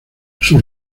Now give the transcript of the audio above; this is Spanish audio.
sus